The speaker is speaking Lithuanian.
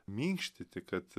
minkštyti kad